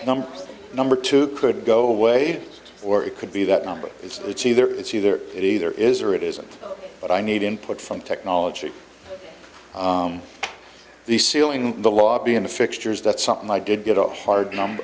number number two could go away or it could be that number it's either it's either it either is or it isn't but i need input from technology the ceiling the lobbying the fixtures that's something i did get a hard number